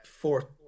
Four